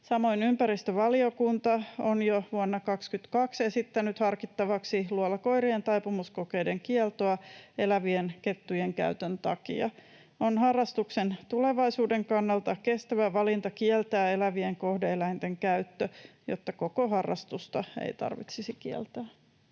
Samoin ympäristövaliokunta on jo vuonna 22 esittänyt harkittavaksi luolakoirien taipumuskokeiden kieltoa elävien kettujen käytön takia. On harrastuksen tulevaisuuden kannalta kestävä valinta kieltää elävien kohde-eläinten käyttö, jotta koko harrastusta ei tarvitsisi kieltää.